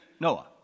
Noah